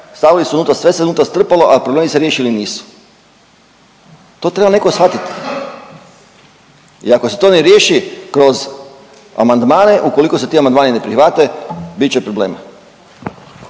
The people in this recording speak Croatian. Stavili su unutra, sve se unutra strpalo, a problemi se riješili nisu. To treba neko shvatiti. I ako se to ne riješi kroz amandmane, ukoliko se ti amandmani ne prihvate bit će problem.